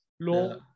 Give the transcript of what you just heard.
low